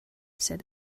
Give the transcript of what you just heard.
said